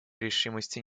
решимости